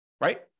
right